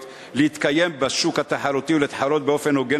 להתקיים בשוק תחרותי ולהתחרות באופן הוגן